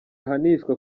ahanishwa